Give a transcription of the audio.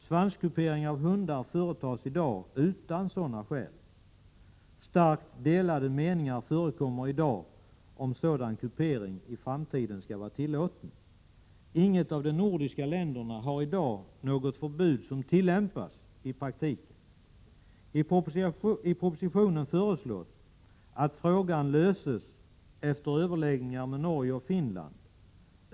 Svanskupering av hundar företas i dag utan sådana skäl. Starkt delade meningar förekommer i dag om sådan kupering i framtiden skall vara tillåten. Inget av de nordiska länderna har i dag något förbud som tillämpas i praktiken. I propositionen föreslås att frågan löses efter överläggningar med Norge och Finland.